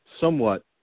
somewhat